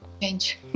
change